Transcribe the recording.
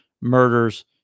murders